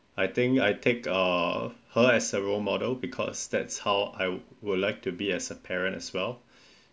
I think I take uh her as a role model because that's how I would like to be a parent as well